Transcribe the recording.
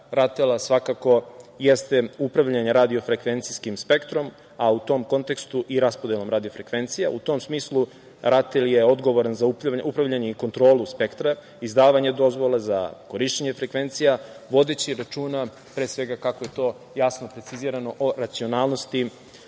svakako jeste upravljanje radiofrekvencijskim spektrom, a u tom kontekstu i raspodelom radiofrekvencija. U tom smislu RATEL je odgovoran za upravljanje i kontrolu spektra, izdavanja dozvola za korišćenje frekvencija vodeći računa pre svega kako je to jasno precizirano, o racionalnosti,